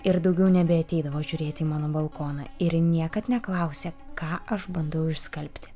ir daugiau nebeateidavo žiūrėt į mano balkoną ir niekad neklausė ką aš bandau išskalbti